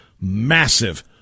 massive